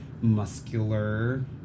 muscular